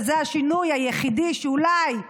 וזה השינוי היחידי שאולי בכללו